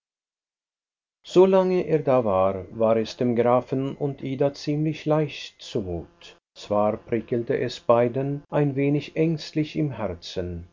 er da war war es dem grafen und ida ziemlich leicht zu mut zwar prickelte es beiden ein wenig ängstlich im herzen